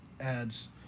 ads